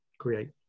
create